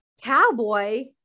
cowboy